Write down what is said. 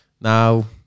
Now